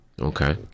Okay